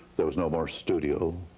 there was no more studio.